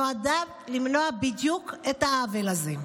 נועדה למנוע בדיוק את העוול הזה.